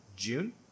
June